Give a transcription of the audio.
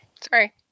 Sorry